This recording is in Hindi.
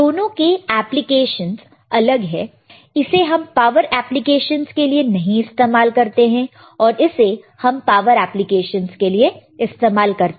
दोनों के एप्लीकेशंस अलग है इसे हम पावर एप्लीकेशंस के लिए नहीं इस्तेमाल करते हैं और इसे हम पावर एप्लीकेशंस के लिए इस्तेमाल करते